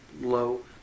low